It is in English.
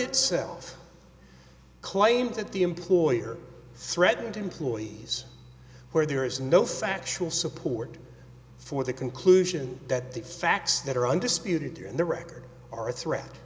itself claimed that the employer threatened employees where there is no factual support for the conclusion that the facts that are undisputed here in the record are a threat